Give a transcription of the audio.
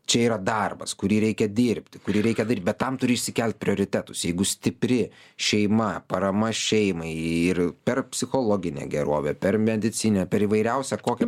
čia yra darbas kurį reikia dirbti kurį reikia daryti bet tam turi išsikelti prioritetus jeigu stipri šeima parama šeimai ir per psichologinę gerovę per medicininę per įvairiausią kokia